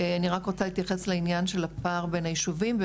אני רק רוצה להתייחס לעניין הפער בין היישובים.